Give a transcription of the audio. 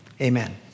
Amen